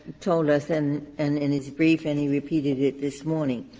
told us in and in his brief, and he repeated it this morning,